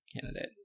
Candidate